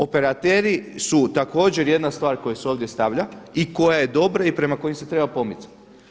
Operateri su također jedna stvar koja se ovdje stavlja i koja je dobra i prema kojim se treba pomicati.